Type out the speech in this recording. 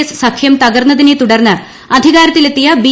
S സഖ്യം തകർന്നതിനെ തുടർന്ന് അധികാരത്തിലെത്തിയ ബി